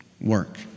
work